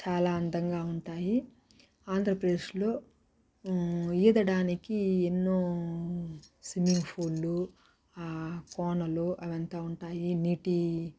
చాలా అందంగా ఉంటాయి ఆంధ్రప్రదేశ్లో ఈదడానికి ఎన్నో స్విమ్మింగ్ పూల్లు కోనలు అవంతా ఉంటాయి నీటి